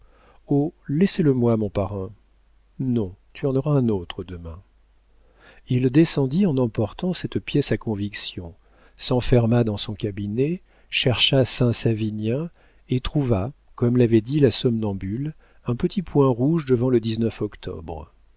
laissez le moi mon parrain non tu en auras un autre demain il descendit en emportant cette pièce de conviction s'enferma dans son cabinet chercha saint savinien et trouva comme l'avait dit la somnambule un petit point rouge devant le octobre